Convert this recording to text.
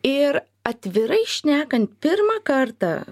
ir atvirai šnekan pirmą kartą